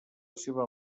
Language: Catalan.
seva